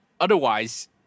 otherwise